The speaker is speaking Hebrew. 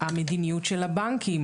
המדיניות של הבנקים,